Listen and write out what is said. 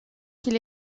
qu’il